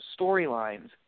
storylines